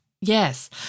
Yes